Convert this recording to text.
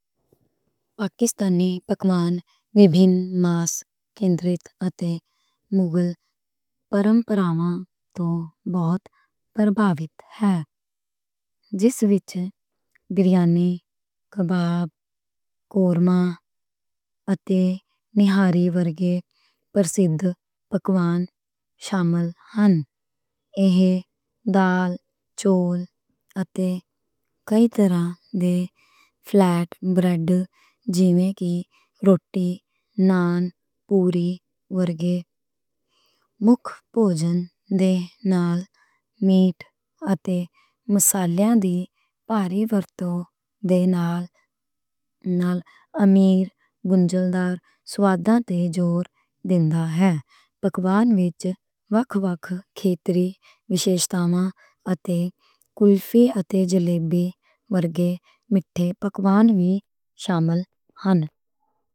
الکسݨیا کلݨ وے وݨ لس کیم تھی کائ تھے مووی بارم پیرا لمہ تولو پیر بابی فیتھس وتھ جوریامیکا موب کورمہ اتھے میج ہوری وجے ویرسم تھا کلݨ شامل ہوݨی ہلایو اتے کیجز روتھے فلیبرݨی مکی لتیݨ اݨلی ورجے مکسپوزنگ تھےݨو میج تا تھے موںسے لئی پاریفتو بیݨݨا امز وݨ تھا لسوا تے تھوڈے تھا ہے بک من میٹھا مکا وکا کے پرِمِشی سسٹم اَتے وُفیتھے جلیمبی ورجے مٹھے پکلݨ وِ شامل ہوݨ